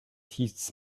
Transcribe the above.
teaches